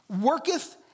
worketh